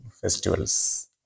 festivals